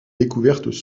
découvertes